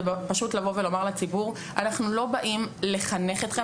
פשוט לבוא ולומר לציבור: אנחנו לא באים לחנך אתכם,